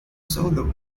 solo